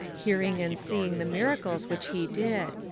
hearing and seeing the miracles which he did.